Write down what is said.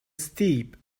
steep